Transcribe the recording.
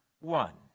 one